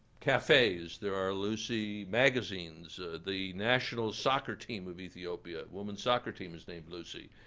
cafes. there are lucy magazines. the national soccer team of ethiopia, woman's soccer team, is named lucy.